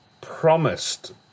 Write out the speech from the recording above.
promised